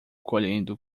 colhendo